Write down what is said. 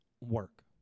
work